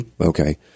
okay